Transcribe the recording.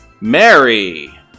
Mary